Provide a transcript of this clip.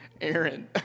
Aaron